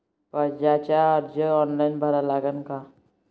कर्जाचा अर्ज ऑनलाईन भरा लागन का?